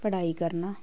ਪੜ੍ਹਾਈ ਕਰਨਾ